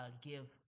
give